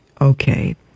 Okay